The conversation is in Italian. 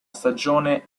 stagione